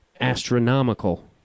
astronomical